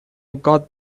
got